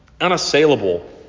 Unassailable